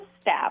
step